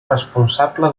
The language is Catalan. responsable